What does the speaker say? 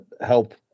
help